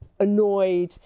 annoyed